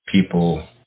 people